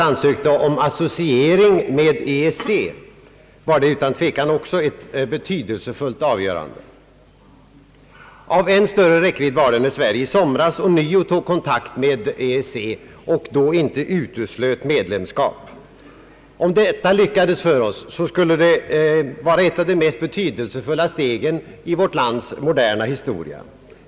ansökte om associering med EEC, var det utan tvekan också ett betydelsefullt avgörande, Av än större räckvidd var att Sverige i somras ånyo tog kontakt med EEC och då inte uteslöt medlemskap. Om detta lyckades för oss, skulle det vara ett av de mest betydelsefulla stegen i vårt lands moderna historia.